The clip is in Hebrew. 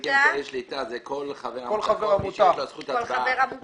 על כל פנים,